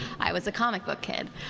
i was a comic book kid.